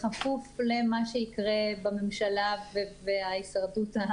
בכפוף למה שיקרה בממשלה ובהישרדות של